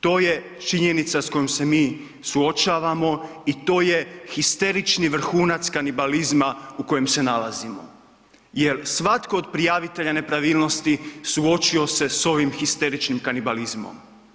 To je činjenica s kojom se mi suočavamo i to je histerični vrhunac kanibalizma u kojem se nalazimo jel svako od prijavitelja nepravilnosti suočio se s ovim histeričnim kanibalizmom.